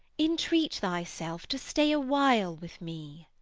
intreat thy self to stay a while with me.